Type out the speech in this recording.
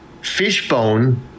Fishbone